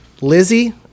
Lizzie